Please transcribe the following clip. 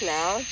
now